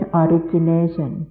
origination